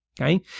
okay